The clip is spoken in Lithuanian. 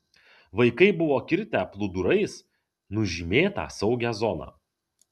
vaikai buvo kirtę plūdurais nužymėta saugią zoną